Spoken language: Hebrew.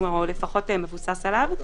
או לפחות מבוסס עליו.